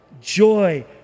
joy